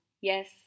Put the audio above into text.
yes